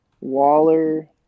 Waller